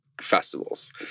festivals